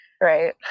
Right